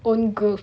own group